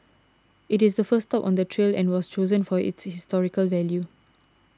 it is the first stop on the trail and was chosen for its historical value